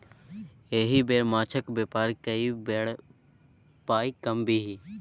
एहि बेर माछक बेपार कए बड़ पाय कमबिही